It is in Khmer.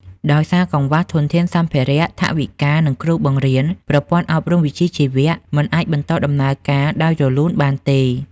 ដោយសារកង្វះធនធានសម្ភារៈ ថវិកា និងគ្រូបង្រៀន ប្រព័ន្ធអប់រំវិជ្ជាជីវៈមិនអាចបន្តដំណើរការដោយរលូនបានទេ។